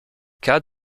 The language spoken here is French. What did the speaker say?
cas